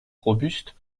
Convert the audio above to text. robuste